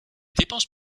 dépenses